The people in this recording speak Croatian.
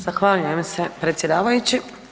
Zahvaljujem se predsjedavajući.